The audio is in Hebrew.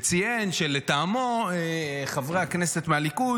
וציין שלטעמו חברי הכנסת מהליכוד,